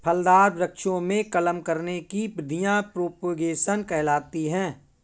फलदार वृक्षों में कलम करने की विधियां प्रोपेगेशन कहलाती हैं